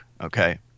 okay